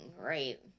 right